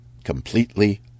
completely